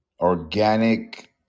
organic